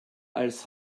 als